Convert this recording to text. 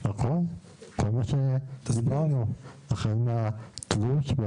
כל מה שהסברנו; החל מהתלוש,